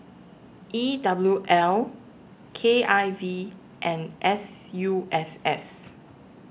E W L K I V and S U S S